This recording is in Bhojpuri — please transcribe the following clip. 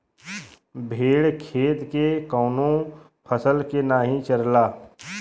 भेड़ खेत के कवनो फसल के नाही चरला